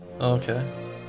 Okay